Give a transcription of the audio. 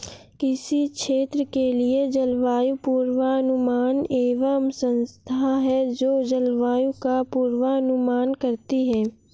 किसी क्षेत्र के लिए जलवायु पूर्वानुमान एक संस्था है जो जलवायु का पूर्वानुमान करती है